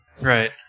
Right